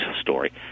story